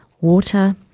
water